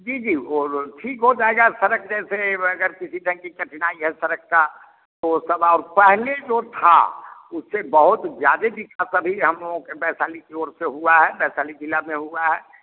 जी जी और ठीक हो जाएगा सड़क जैसे मैं अगर किसी तरह की कठिनाई या सड़क का तो वो सब और पहले जो था उससे बहुत ज्यादा दिखा तभी हम लोग के वैशाली की ओर से हुआ है वैशाली जिला में हुआ